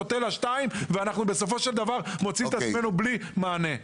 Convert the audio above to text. "נוטלה 2" ואנחנו בסופו של דבר מוצאים את עצמנו בלי מענה.